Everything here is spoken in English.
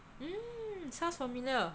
mm sounds familiar